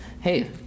Hey